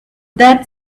dead